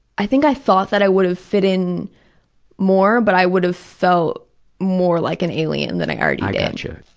i think i thought that i would have fit in more, but i would have felt more like an alien than i already did. i gotcha.